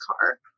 car